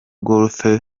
golf